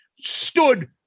stood